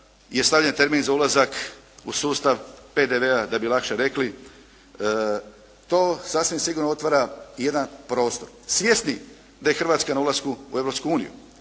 je stavljen termin za ulazak u sustav PDV-a da bi lakše rekli. To sasvim sigurno otvara i jedan prostor. Svjesni da je Hrvatska na ulasku u